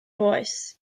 oes